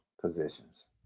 positions